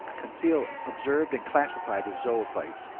conseil observed and classified his zoophytes,